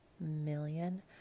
million